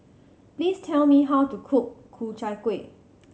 please tell me how to cook Ku Chai Kueh